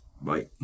Bye